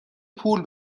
پول